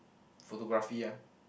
photography ah